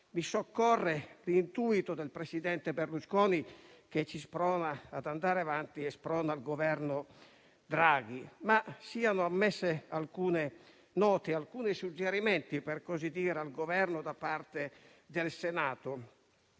Mi soccorre l'intuito del presidente Berlusconi che ci sprona ad andare avanti e sprona il Governo Draghi, ma siano ammesse alcune note e alcuni suggerimenti al Governo da parte del Senato.